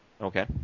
Okay